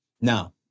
Now